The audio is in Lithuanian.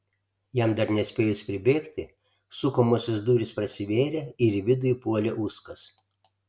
jam dar nespėjus pribėgti sukamosios durys prasivėrė ir į vidų įpuolė uskas